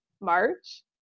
March